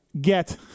get